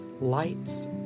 lights